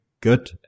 good